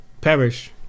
perish